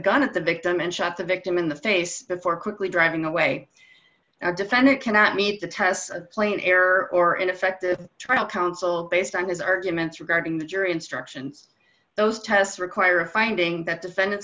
gun at the victim and shot the victim in the face before quickly driving away a defendant cannot meet the tests of plain error or in effect a trial counsel based on his arguments regarding the jury instructions those tests require a finding that defendant